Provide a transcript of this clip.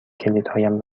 کلیدهایم